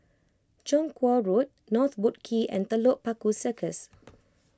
Chong Kuo Road North Boat Quay and Telok Paku Circus